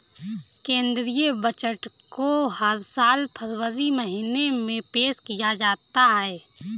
केंद्रीय बजट को हर साल फरवरी महीने में पेश किया जाता है